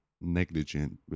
negligent